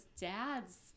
dad's